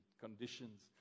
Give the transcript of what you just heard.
conditions